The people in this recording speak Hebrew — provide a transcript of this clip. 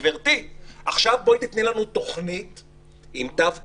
גברתי: עכשיו תני לנו תוכנית עם תו כחול,